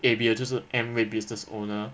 A_B_O 就是 Amway business owner